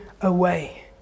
away